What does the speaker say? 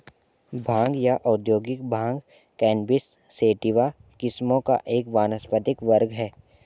भांग या औद्योगिक भांग कैनबिस सैटिवा किस्मों का एक वानस्पतिक वर्ग है